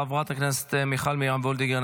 חברת הכנסת מיכל מרים וולדיגר,